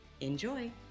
Enjoy